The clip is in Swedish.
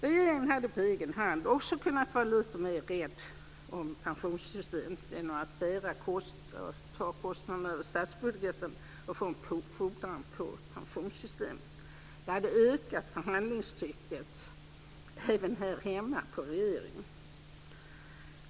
Regeringen hade på egen hand också kunnat vara lite mer rädd om pensionssystemet genom att ta kostnaderna över statsbudgeten och få en fordran på pensionssystemet. Det hade ökat förhandlingstrycket, även här hemma, på regeringen.